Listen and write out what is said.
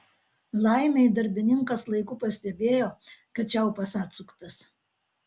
laimei darbininkas laiku pastebėjo kad čiaupas atsuktas